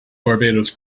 barbados